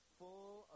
full